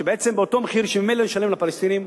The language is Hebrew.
שבעצם באותו מחיר שממילא נשלם לפלסטינים,